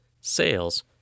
sales